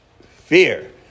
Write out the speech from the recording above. Fear